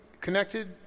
connected